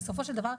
בסופו של דבר,